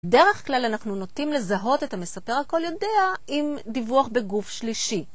בדרך כלל אנחנו נוטים לזהות את המספר הכל יודע עם דיווח בגוף שלישי.